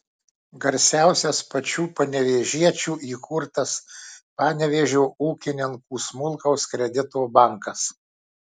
garsiausias pačių panevėžiečių įkurtas panevėžio ūkininkų smulkaus kredito bankas